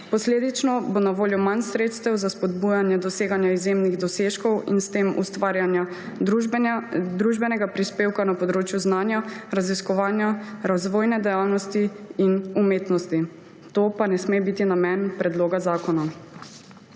Posledično bo na voljo manj sredstev za spodbujanje doseganja izjemnih dosežkov in s tem ustvarjanja družbenega prispevka na področju znanja, raziskovanja, razvojne dejavnosti in umetnosti, to pa ne sme biti namen predloga zakona.